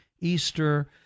Easter